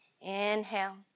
Inhale